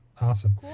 Awesome